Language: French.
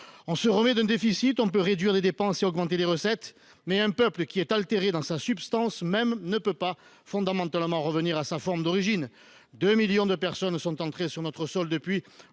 On se remet d’un déficit, on peut réduire les dépenses et augmenter les recettes, mais un peuple qui est altéré dans sa substance même ne peut pas, fondamentalement, revenir à sa forme d’origine. Quelque 2 millions de personnes sont entrées sur notre sol depuis